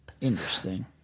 Interesting